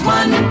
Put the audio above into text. one